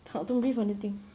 tak don't breathe on the thing